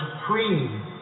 Supreme